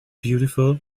beautiful